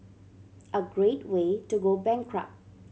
a great way to go bankrupt